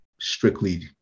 strictly